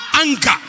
anger